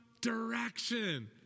direction